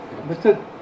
Mr